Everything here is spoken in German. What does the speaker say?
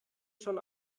schon